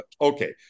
Okay